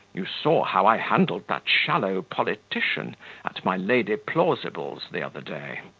you saw how i handled that shallow politician at my lady plausible's the other day.